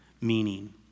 meaning